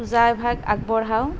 পূজা এভাগ আগবঢ়াওঁ